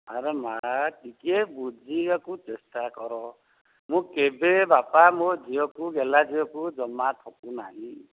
ଆରେ ମା' ଟିକିଏ ବୁଝିବାକୁ ଚେଷ୍ଟା କର ମୁଁ କେବେ ବାପା ମୋ ଝିଅକୁ ଗେଲ୍ହା ଝିଅକୁ ଜମା ଠକୁନାହିଁ